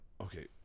okay